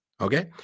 Okay